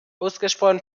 ausgesprochen